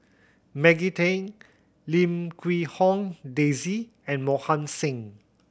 Maggie Teng Lim Quee Hong Daisy and Mohan Singh